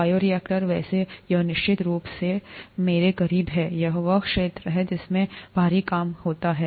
bioreactor वैसे यह निश्चित रूप से मेरे करीब है यह वह क्षेत्र है जिसमें मैं भारी काम करता था